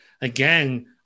again